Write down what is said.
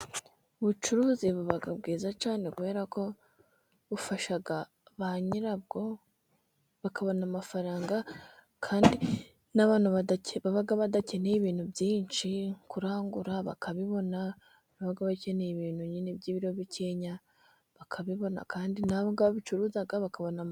Ubucuruzi buba bwiza cyane kubera ko bufasha ba nyirabwo bakabona amafaranga, kandi n'abantu baba badakeneye ibintu byinshi, kurangura bakabibona n'ababa bakeneye ibintu nyine by'ibiro bikeya bakabibona kandi n'abo ngabo babicuruza bakabona.